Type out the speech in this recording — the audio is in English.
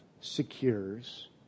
secures